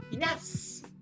Yes